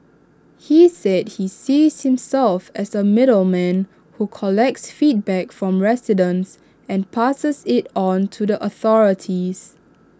he said he sees himself as A middleman who collects feedback from residents and passes IT on to the authorities